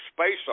space